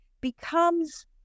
becomes